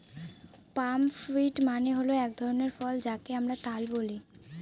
পাম fruit মানে হল এক ধরনের ফল যাকে আমরা তাল বলি